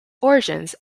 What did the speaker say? origins